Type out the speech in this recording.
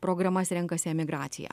programas renkasi emigraciją